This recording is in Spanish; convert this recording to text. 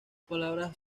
palabras